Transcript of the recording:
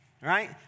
right